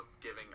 giving